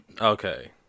okay